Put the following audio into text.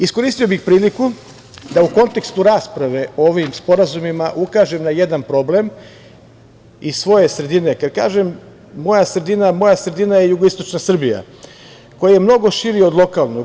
Iskoristio bih priliku da u kontekstu rasprave o ovim sporazumima ukažem na jedan problem iz svoje sredine, kada kažem – moja sredina, moja sredina je jugoistočna Srbija, koji je mnogo širi od lokalnog.